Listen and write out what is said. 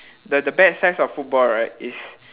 the the bad sides of football right is